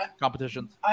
competitions